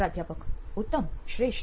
પ્રાધ્યાપક ઉત્તમ શ્રેષ્ઠ